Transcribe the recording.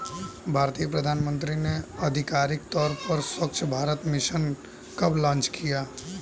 भारतीय प्रधानमंत्री ने आधिकारिक तौर पर स्वच्छ भारत मिशन कब लॉन्च किया?